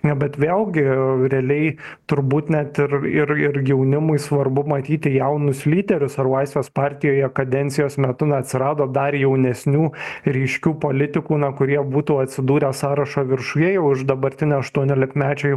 ne bet vėlgi realiai turbūt net ir ir ir jaunimui svarbu matyti jaunus lyderius ar laisvės partijoje kadencijos metu na atsirado dar jaunesnių ryškių politikų na kurie būtų atsidūrę sąrašo viršuje jau už dabartinę aštuoniolikmečiai